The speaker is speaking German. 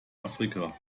afrika